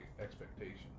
expectations